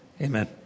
Amen